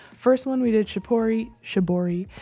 first one we did shipori shibori.